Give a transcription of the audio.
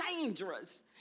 dangerous